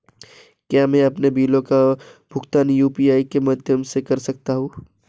क्या मैं अपने बिलों का भुगतान यू.पी.आई के माध्यम से कर सकता हूँ?